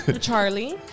Charlie